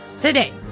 Today